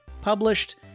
published